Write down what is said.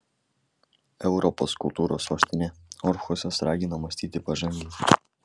europos kultūros sostinė orhusas ragina mąstyti pažangiai